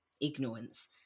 ignorance